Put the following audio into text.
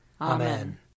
Amen